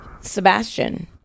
sebastian